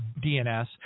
DNS